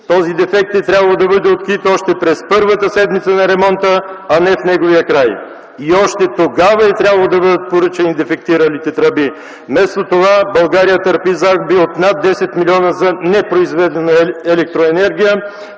Този дефект е трябвало да бъде открит още през първата седмица на ремонта, а не в неговия край. И още тогава е трябвало да бъдат поръчани дефектиралите тръби. Вместо това България търпи загуби от над 10 млн. за непроизведена електроенергия